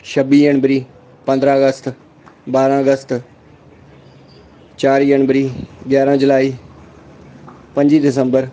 छब्बी जनवरी पंद्रां अगस्त बारां अगस्त चार जनवरी ग्यारां जुलाई पंजी दिसंबर